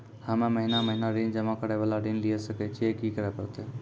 हम्मे महीना महीना ऋण जमा करे वाला ऋण लिये सकय छियै, की करे परतै?